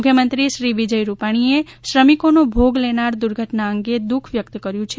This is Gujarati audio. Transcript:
મુખ્ય મંત્રી શ્રી વિજય રૂપાણી એ શ્રમિકો નો ભોગ લેનાર દુર્ઘટના અંગે દુઃખ વ્યક્ત કર્યું છે